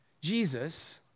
Jesus